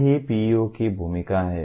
यही PEO की भूमिका है